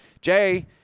Jay